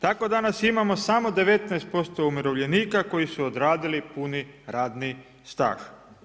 Tako danas imamo samo 19% umirovljenika koji su odradili puni radni staž.